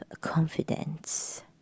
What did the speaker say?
confidence